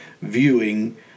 viewing